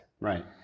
Right